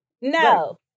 No